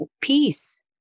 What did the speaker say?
peace